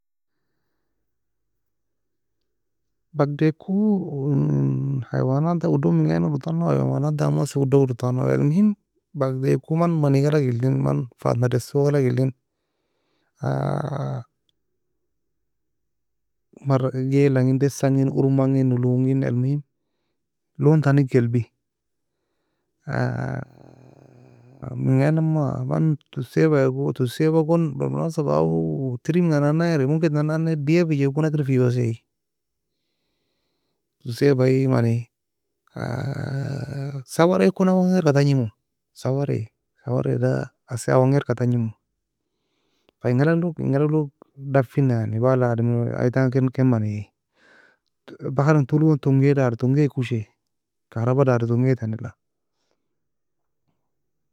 Bagideako inhaywanata udog menga iigina Rotanlog حيوانات damoe asio odo Rotanog المهم bagideako man mani galag elin, fatma desoe galag elin marreaka ghilan'gin, dessan'gin, urrman'ngin nulun'gin, المهم lontanig gelbi menga iginan ommega? Man tussaiba go tussaiba gon بالمناسبة أو terim ga nena irri, ممكن tan nan nae diafijoku nakir fiyosi. Tussaibai, mani, sawary kon awan gerka tagnimu, sawary e sawary دا asi awan gerka tagnimu. Fa en galag lo enga alag log dafina yani, balla ademri aitanga ken ken maney. Baharin toule gon tongay dari, tongay eka ushae, كهرباء darie tonay tanila.